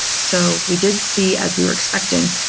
so we did see, as we were expecting,